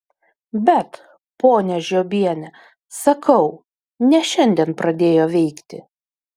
bet ponia žiobiene sakau ne šiandien pradėjo veikti